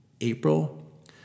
April